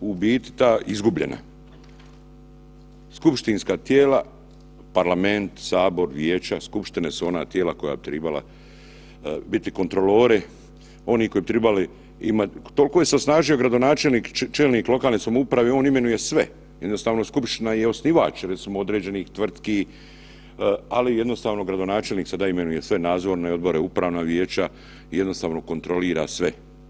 u biti ta izgubljena skupštinska tijela, parlament, sabor, vijeća, skupštine su ona tijela koja bi tribala biti kontrolori oni koji bi tribali imati, toliko je se osnažio gradonačelnik čelnik lokalne samouprave, on imenuje sve, jednostavno skupština je i osnivač recimo određenih tvrtki, ali jednostavno gradonačelnik sada imenuje sve sada nadzorne odbore, upravna vijeća i jednostavno kontrolira sve.